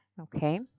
okay